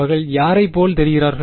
அவர்கள் யாரை போல் தெரிகிறார்கள்